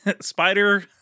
spider